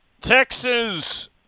Texas